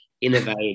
innovate